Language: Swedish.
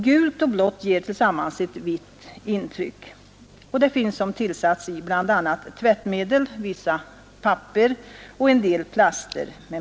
Gult och blätt ger tillsammans ett vitt intryck. Det finns som tillsats i bl.a. tvättmedel, vissa papper och en del plaster.